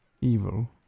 evil